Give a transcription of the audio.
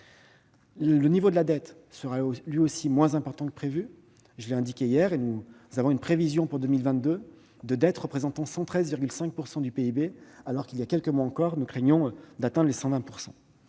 Le niveau de la dette sera lui aussi moins important que prévu, comme je l'ai indiqué hier. Nous prévoyons pour 2022 une dette représentant 113,5 % du PIB, alors qu'il y a quelques mois encore nous craignions d'atteindre les 120 %.